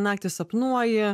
naktį sapnuoji